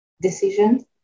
decision